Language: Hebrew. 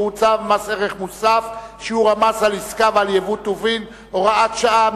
שהוא צו מס ערך מוסף (שיעור המס על עסקה ועל יבוא טובין) (הוראת שעה).